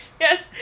yes